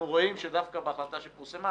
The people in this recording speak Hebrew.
אנחנו רואים שדווקא בהחלטה שפורסמה,